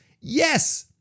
yes